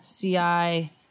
CI